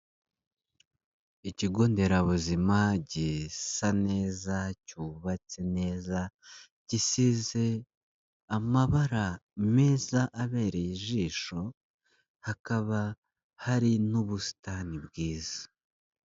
Ikigo nderabuzima gisa neza, cyubatse neza, gisize amabara meza abereye ijisho, hakaba hari n'ubusitani bwiza.